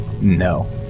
No